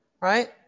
right